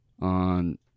on